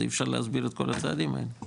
אז אי אפשר יהיה להסביר את הצעדים האלה.